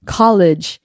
college